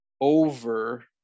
over –